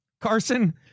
Carson